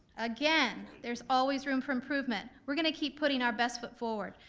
again, there's always room for improvement. we're gonna keep putting our best foot forward.